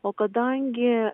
o kadangi